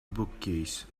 bookcase